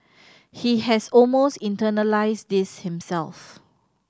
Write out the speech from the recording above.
he has almost internalised this himself